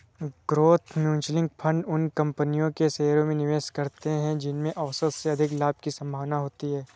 growth mutual fund उन कंपनियों के शेयरों में निवेश करते हैं जिनमें औसत से अधिक लाभ की संभावना होती है